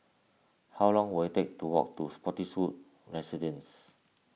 how long will it take to walk to Spottiswoode Residences